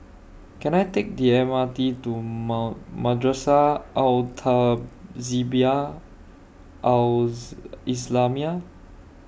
Can I Take The M R T to Ma Madrasah Al Tahzibiah Al Islamiah